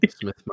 Smith